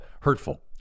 hurtful